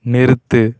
நிறுத்து